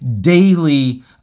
daily